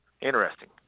interesting